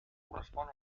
correspon